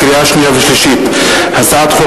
לקריאה שנייה ולקריאה שלישית: הצעת חוק